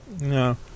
No